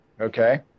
Okay